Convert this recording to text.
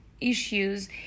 issues